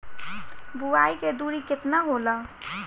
बुआई के दूरी केतना होला?